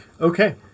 Okay